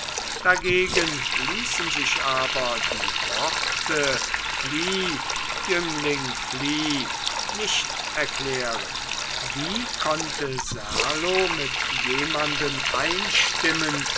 dagegen ließen sich aber die worte flieh jüngling flieh nicht erklären wie konnte serlo mit jemanden einstimmen